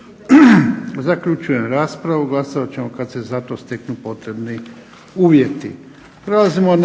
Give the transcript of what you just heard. zaključujem raspravu. Glasovat ćemo kada se za to steknu potrebni uvjeti.